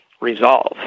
resolve